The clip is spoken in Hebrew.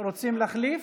רוצים להחליף?